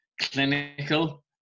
clinical